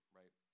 right